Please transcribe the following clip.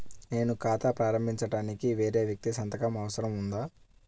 నేను ఖాతా ప్రారంభించటానికి వేరే వ్యక్తి సంతకం అవసరం ఉందా?